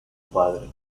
padre